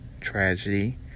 tragedy